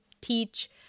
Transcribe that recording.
teach